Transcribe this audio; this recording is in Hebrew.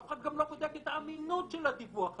אף אחד גם לא בודק את האמינות של הדיווח הזה.